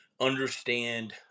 understand